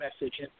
message